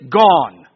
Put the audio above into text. gone